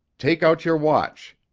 take out your watch.